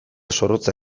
zorrotza